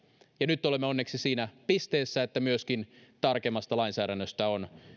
ja nyt olemme onneksi siinä pisteessä että myöskin tarkemmasta lainsäädännöstä on